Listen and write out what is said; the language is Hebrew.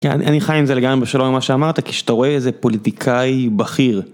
אני חי עם זה לגמרי בשלום מה שאמרת כי שאתה רואה איזה פוליטיקאי בכיר.